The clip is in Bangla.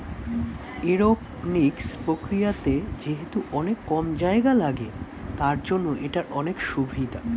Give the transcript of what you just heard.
এরওপনিক্স প্রক্রিয়াতে যেহেতু অনেক কম জায়গা লাগে, তার জন্য এটার অনেক সুভিধা